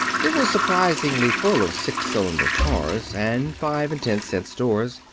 it was surprisingly full of six-cylinder cars, and five and ten-cent stores,